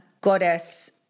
goddess